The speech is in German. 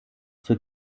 zur